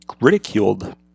ridiculed